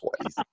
twice